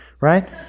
right